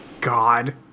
God